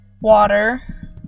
Water